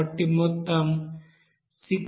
కాబట్టి మొత్తం 67061